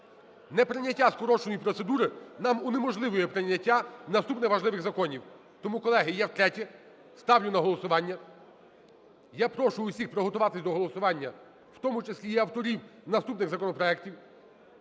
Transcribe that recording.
неприйняття скороченої процедури нам унеможливлює прийняття наступних важливих законів. Тому, колеги, я втретє ставлю на голосування. Я прошу всіх приготуватись до голосування, в тому числі і авторів наступних законопроектів.